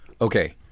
okay